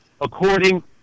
according